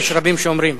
לא, יש רבים שאומרים.